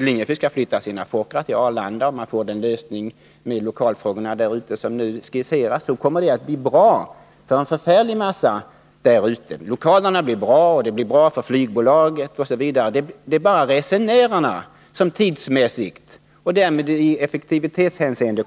Linjeflyg skall flytta sina Fokkrar till Arlanda och man får till stånd en lösning av lokalfrågorna där ute, som nu skisseras, kommer det att bli bra för en mängd människor. Lokalerna blir bra, det blir bra för flygbolaget osv. Det är bara resenärerna som förlorar oerhört tidsmässigt och därmed i effektivitetshänseende.